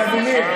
ולדימיר.